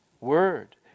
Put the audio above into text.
word